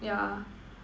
yeah